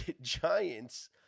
Giants